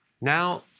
Now